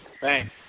Thanks